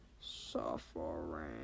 suffering